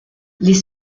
les